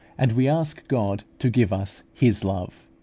and we ask god to give us his love.